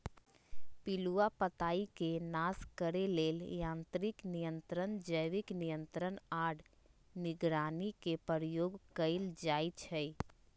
पिलुआ पताईके नाश करे लेल यांत्रिक नियंत्रण, जैविक नियंत्रण आऽ निगरानी के प्रयोग कएल जाइ छइ